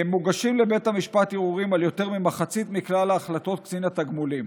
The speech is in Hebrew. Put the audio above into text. מוגשים לבית המשפט ערעורים על יותר ממחצית מכלל החלטות קצין התגמולים,